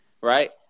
right